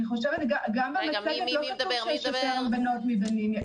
גם במצגת לא כתוב שיש יותר בנות מבנים,